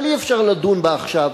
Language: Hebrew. אבל אי-אפשר לדון בה עכשיו,